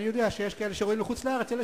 יש כאלה שרואים בזה חוץ-לארץ.